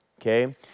okay